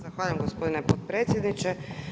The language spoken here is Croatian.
Zahvaljujem gospodine podpredsjedniče.